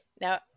Now